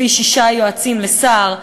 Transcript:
לפי שישה יועצים לשר,